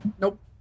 Nope